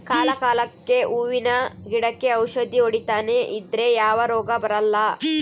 ಕಾಲ ಕಾಲಕ್ಕೆಹೂವಿನ ಗಿಡಕ್ಕೆ ಔಷಧಿ ಹೊಡಿತನೆ ಇದ್ರೆ ಯಾವ ರೋಗ ಬರಲ್ಲ